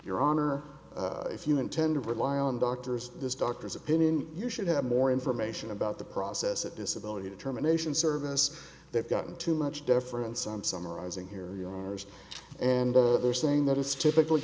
your honor if you intend to rely on doctors this doctor's opinion you should have more information about the process of disability determination service they've gotten too much difference i'm summarizing here yours and they're saying that it's typically